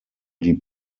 die